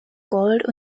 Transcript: gold